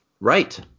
Right